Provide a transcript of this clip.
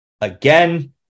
again